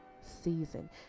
season